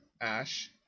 ash